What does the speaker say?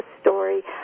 story